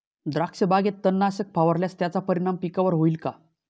द्राक्षबागेत तणनाशक फवारल्यास त्याचा परिणाम पिकावर होईल का?